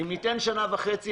אם ניתן שנה וחצי,